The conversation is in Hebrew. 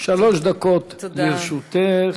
שלוש דקות לרשותך.